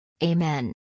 Amen